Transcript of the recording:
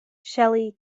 shelley